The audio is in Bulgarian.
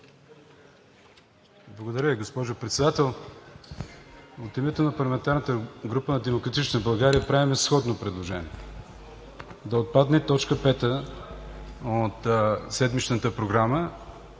Благодаря Ви, госпожо Председател. От името на парламентарната група на „Демократична България“ правим сходно предложение – да отпадне т. 5 от седмичната Програма.